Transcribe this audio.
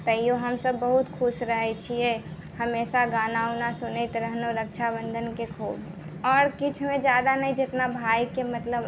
तय्यौ हम सभ बहुत खुश रहै छियै हमेशा गाना वाना सुनैत रहलहुॅं रक्षाबंधनके खूब आओर किछुमे जादा न जितना भाइके मतलब